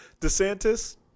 DeSantis